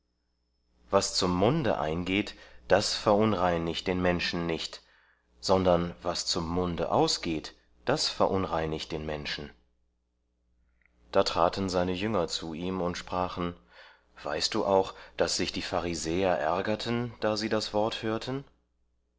was zum munde eingeht das verunreinigt den menschen nicht sondern was zum munde ausgeht das verunreinigt den menschen da traten seine jünger zu ihm und sprachen weißt du auch daß sich die pharisäer ärgerten da sie das wort hörten